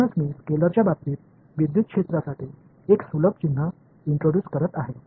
म्हणूनच मी स्केलेरच्या बाबतीत विद्युत क्षेत्रासाठी एक सुलभ चिन्ह इंट्रोड्युस करत आहे